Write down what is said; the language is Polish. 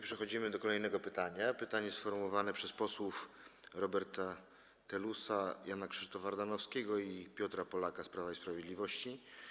Przechodzimy do kolejnego pytania, sformułowanego przez posłów Roberta Telusa, Jana Krzysztofa Ardanowskiego i Piotra Polaka z Prawa i Sprawiedliwości.